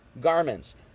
garments